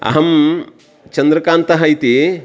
अहं चन्द्रकान्तः इति